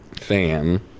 fan